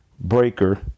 Breaker